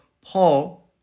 Paul